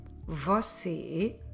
Você